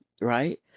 right